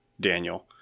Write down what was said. Daniel